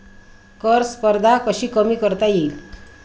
कर स्पर्धा कशी कमी करता येईल?